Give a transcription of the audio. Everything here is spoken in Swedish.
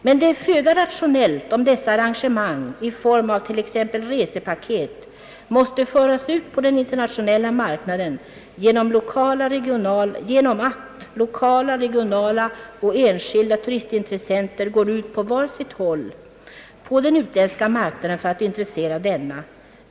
Men det är föga rationellt om dessa arrangemang i form av t.ex. resepaket måste föras ut på den internationella marknaden genom att lokala, regionala och enskilda turistintressenter går ut på var sitt håll på den utländska marknaden för att intressera denna.